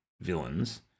villains